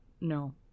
No